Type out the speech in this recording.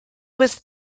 was